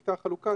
ומקטע חלוקה,